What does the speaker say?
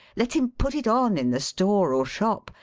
let him put it on in the store or shop,